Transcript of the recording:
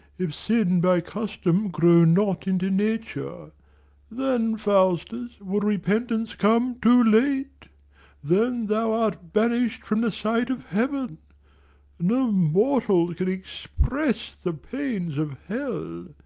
if sin by custom grow not into nature then, faustus, will repentance come too late then thou art banish'd from the sight of heaven no mortal can express the pains of hell.